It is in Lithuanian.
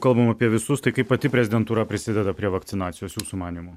kalbam apie visus tai kaip pati prezidentūra prisideda prie vakcinacijos jūsų manymu